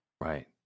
Right